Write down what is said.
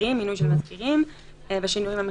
בשינויים המחויבים.